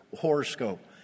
horoscope